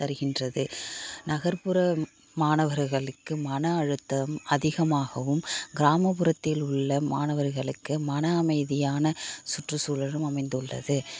தருகின்றது நகர்ப்புற மாணவர்களுக்கு மன அழுத்தம் அதிகமாகவும் கிராமப்புறத்தில் உள்ள மாணவர்களுக்கு மன அமைதியான சுற்றுசூழலும் அமைந்துள்ளது